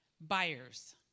buyers